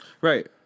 Right